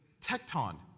tecton